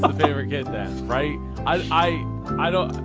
a right-i i i don't.